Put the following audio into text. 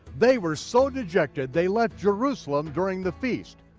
they were so dejected they left jerusalem during the feast,